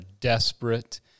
desperate